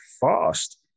fast